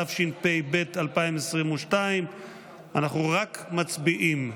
התשפ"ג 2022. אנחנו רק מצביעים,